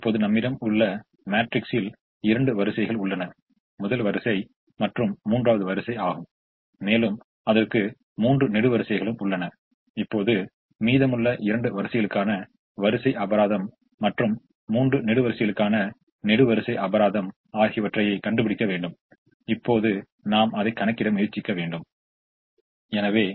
இப்போது அடுத்த இடத்தை பூர்த்தி செய்ய இதன்முலம் முயற்சி செய்ய வேண்டும் நாம் a 1 ஐ கொண்டு அந்த இடத்தை பொறுத்துகிறோம் எனவே நாம் a 1 ஐ கொண்டு பொருத்தும்போது நமக்கு ஒரு a 1 ம் ஒரு a 1 ம் கிடைக்கிறது மேலும் ஒரு a 1 ம் a 1 ம் கிடைக்கிறது அதுபோல் a 1 ம் சமநிலைப்படுத்துவதற்கு கிடைக்கிறது